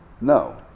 No